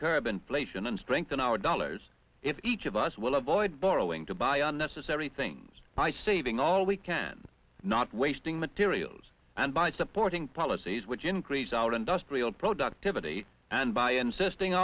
inflation and strengthen our dollars if each of us will avoid borrowing to buy unnecessary things by saving all we can not wasting materials and by supporting policies which increase our industrial productivity and by insisting